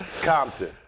Compton